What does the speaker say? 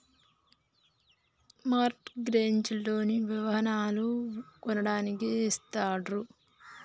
mart gauge loan లు వాహనాలను కొనడానికి ఇస్తాండ్రు